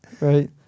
right